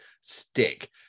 stick